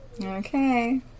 okay